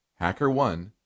HackerOne